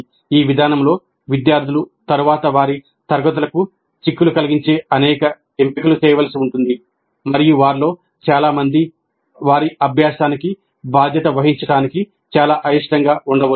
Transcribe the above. ఈ విధానంలో విద్యార్థులు తరువాత వారి తరగతులకు చిక్కులు కలిగించే అనేక ఎంపికలు చేయవలసి ఉంటుంది మరియు వారిలో చాలామంది వారి అభ్యాసానికి బాధ్యత వహించడానికి చాలా అయిష్టంగా ఉండవచ్చు